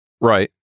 Right